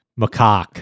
macaque